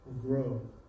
grow